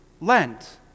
Lent